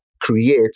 create